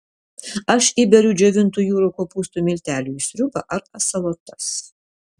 aš įberiu džiovintų jūrų kopūstų miltelių į sriubą ar salotas